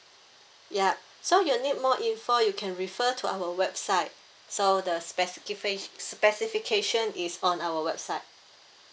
yup so you need more info you can refer to our website so the specifica~ specification is on our website